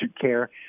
care